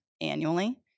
annually